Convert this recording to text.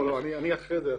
זה אחר כך.